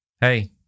hey